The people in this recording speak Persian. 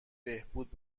بهبود